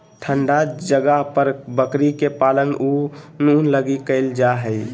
ठन्डा जगह पर बकरी के पालन ऊन लगी कईल जा हइ